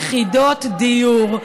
יחידות דיור.